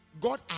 God